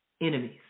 enemies